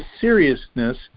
seriousness